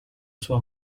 sua